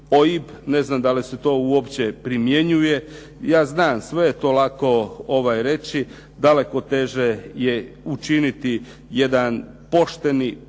ne znam da li se to uopće primjenjuje. Ja znam sve je to lako reći, daleko teže je učiniti jednu poštenu pravičnu